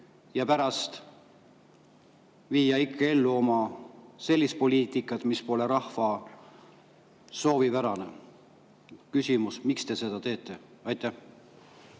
ja pärast viia ikkagi ellu oma sellist poliitikat, mis pole rahva soovi pärane. Küsimus: miks te seda teete? Ma